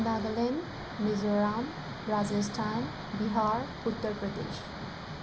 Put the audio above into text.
Nagaland Mizoram Rajasthan Bihar Uttar Pradesh